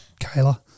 Kayla